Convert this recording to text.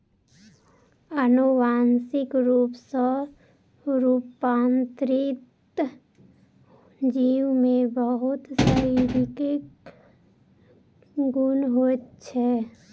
अनुवांशिक रूप सॅ रूपांतरित जीव में बहुत शारीरिक गुण होइत छै